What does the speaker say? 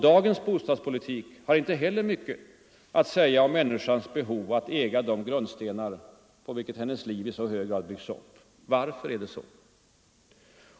Dagens bostadspolitik har inte heller mycket att säga om människans behov av att äga de grundstenar på vilka hennes liv i så hög grad byggts upp. Varför är det så?